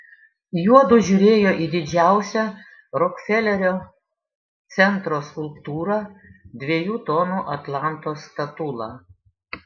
juodu žiūrėjo į didžiausią rokfelerio centro skulptūrą dviejų tonų atlanto statulą